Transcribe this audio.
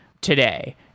today